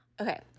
okay